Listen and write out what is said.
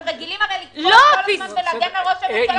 הם הרי רגילים לקפוץ כל הזמן ולהגן על ראש הממשלה.